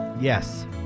Yes